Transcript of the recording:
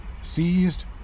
seized